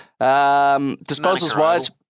Disposals-wise